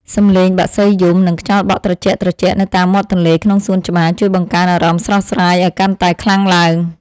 សំឡេងបក្សីយំ និងខ្យល់បក់ត្រជាក់ៗនៅតាមមាត់ទន្លេក្នុងសួនច្បារជួយបង្កើនអារម្មណ៍ស្រស់ស្រាយឱ្យកាន់តែខ្លាំងឡើង។